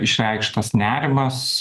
išreikštas nerimas